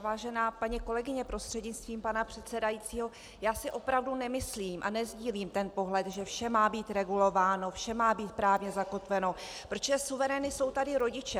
Vážená paní kolegyně prostřednictvím pana předsedajícího, já si opravdu nemyslím a nesdílím ten pohled, že vše má být regulováno, vše má být právně zakotveno, protože suverény jsou tady rodiče.